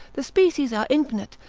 the species are infinite,